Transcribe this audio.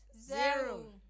zero